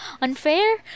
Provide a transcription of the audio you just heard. unfair